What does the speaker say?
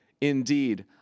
Indeed